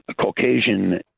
Caucasian